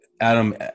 Adam